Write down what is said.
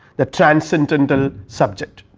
the transcendental subject